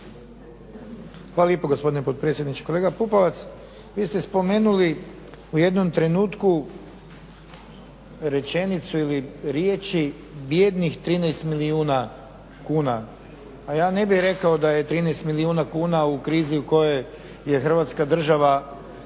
Hvala lijepa gospodine potpredsjedniče. Kolega Pupovac, vi ste spomenuli u jednom trenutku rečenicu ili riječi bijednih 13 milijuna kuna. ja ne bih rekao da je 13 milijuna kuna u krizi u kojoj je Hrvatska država